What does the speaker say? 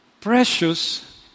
Precious